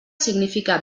significa